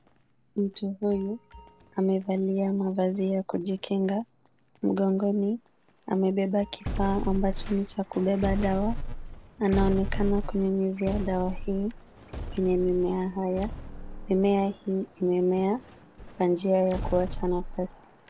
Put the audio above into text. Mtu huyu amevalia mavazi ya kujikinga. Mgongoni amebeba kifaa ambacho ni cha kubeba dawa na anaonekana kunyunyizia dawa hii kwenye mimea haya. Mimea hii imemea kwa njia ya kuwacha nafasi.